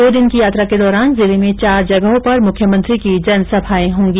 दो दिन की यात्रा के दौरान जिले में चार जगहों पर मुख्यमंत्री की जनसभाएं होंगी